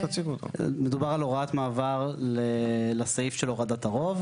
מדובר על הוראת מעבר לסעיף של הורדת הרוב.